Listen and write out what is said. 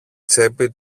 τσέπη